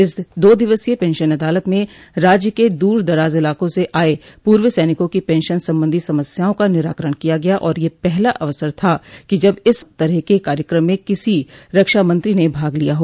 इस दो दिवसीय पेंशन अदालत में राज्य के दूर दराज इलाकों से आये पूर्व सैनिकों की पेंशन संबंधी समस्याओं का निराकरण किया गया और यह पहला अवसर था कि जब इस तरह के कार्यक्रम में किसी रक्षामंत्री ने भाग लिया हो